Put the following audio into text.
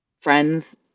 friends